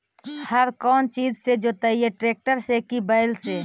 हर कौन चीज से जोतइयै टरेकटर से कि बैल से?